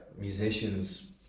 musicians